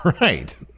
Right